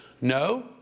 no